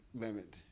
limit